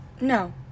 no